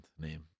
name